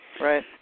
Right